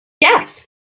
Yes